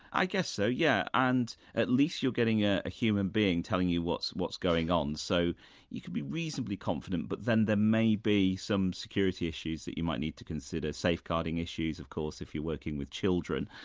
i guess so, yeah, and at least you're getting a human being telling you what's what's going on. so you can be reasonably confident but then there may be some security issues that you might need to consider safeguarding issues of course if you're working with children.